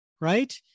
right